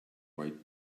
white